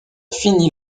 finit